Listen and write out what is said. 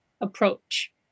approach